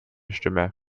stimme